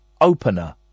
opener